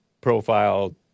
profile